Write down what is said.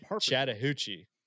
Chattahoochee